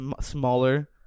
smaller